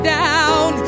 down